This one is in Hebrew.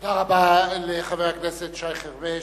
תודה רבה לחבר הכנסת שי חרמש.